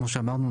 כמו שאמרנו,